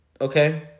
okay